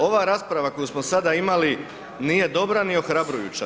Ova rasprava koju smo sada imali nije dobra ni ohrabrujuća.